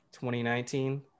2019